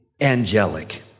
angelic